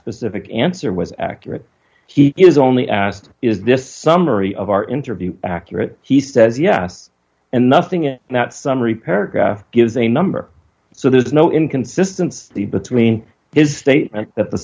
specific answer was accurate he is only asked is this summary of our interview accurate he says yes and nothing if not summary paragraph gives a number so there's no inconsistency between his statement that the